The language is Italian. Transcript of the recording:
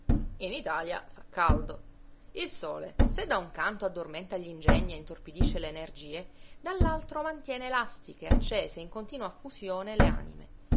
in ltalia fa caldo il sole se da un canto addormenta gl'ingegni e intorpidisce le energie dall'altro mantiene elastiche accese in continua fusione le anime